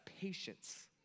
patience